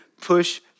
push